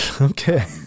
Okay